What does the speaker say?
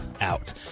out